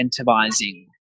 incentivizing